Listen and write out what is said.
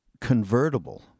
convertible